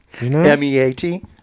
M-E-A-T